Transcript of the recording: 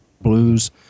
Blues